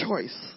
choice